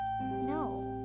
no